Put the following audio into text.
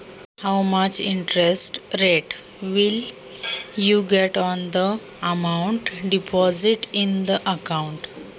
खात्यातील जमा रकमेवर किती व्याजदर मिळेल?